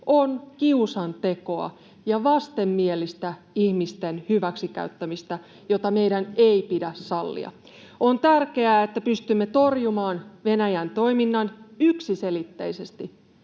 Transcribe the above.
on kiusantekoa ja vastenmielistä ihmisten hyväksikäyttämistä, jota meidän ei pidä sallia. On tärkeää, että pystymme torjumaan Venäjän toiminnan yksiselitteisesti,